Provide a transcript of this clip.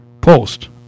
post